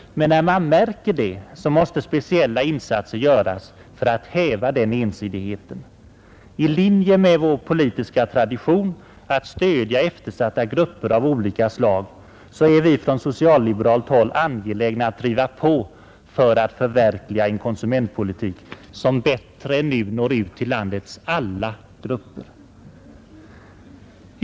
men när man märker det måste speciella insatser göras för att häva den ensidigheten. I linje med vår politiska tradition att stödja eftersatta grupper av olika slag är vi från socialliberalt håll angelägna att driva på för att förverkliga en konsumentpolitik som bättre än nu når ut till landets alla grupper.